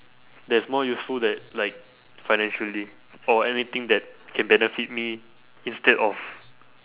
that's more useful that like financially for anything that can benefit me instead of